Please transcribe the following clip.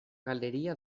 galeria